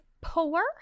poor